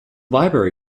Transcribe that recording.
library